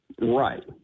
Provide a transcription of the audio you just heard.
Right